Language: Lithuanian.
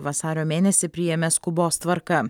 vasario mėnesį priėmė skubos tvarka